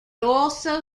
also